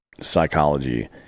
psychology